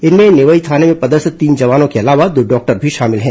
इनमें नेवई थाने में पदस्थ तीन जवानों के अलावा दो डॉक्टर भी शामिल हैं